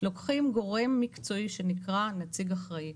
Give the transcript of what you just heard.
לוקחים גורם מקצועי שנקרא נציג אחראי,